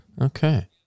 Okay